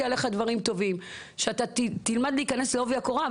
עליך דברים טובים שאתה תלמד להיכנס לעובי הקורה,